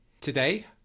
Today